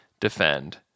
defend